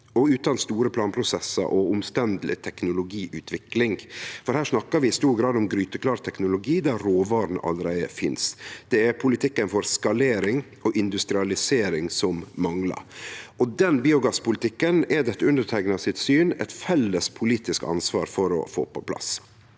og utan store planprosessar og omstendeleg teknologiutvikling. Her snakkar vi i stor grad om gryteklar teknologi der råvarene allereie finst. Det er politikken for skalering og industrialisering som manglar. Den biogasspolitikken er det etter underteikna sitt syn eit felles politisk ansvar å få på plass.